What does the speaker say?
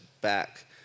back